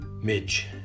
Midge